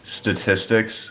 statistics